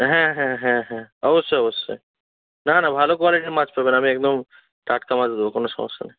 হ্যাঁ হ্যাঁ হ্যাঁ হ্যাঁ অবশ্যই অবশ্যই না না ভালো কোয়ালিটির মাছ পাবেন আমি একদম টাটকা মাছ দেব কোনও সমস্যা নেই